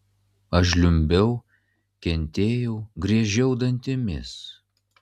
aš žliumbiau kentėjau griežiau dantimis